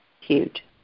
Huge